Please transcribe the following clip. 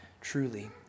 truly